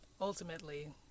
ultimately